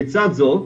לצד זו,